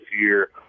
year